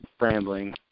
rambling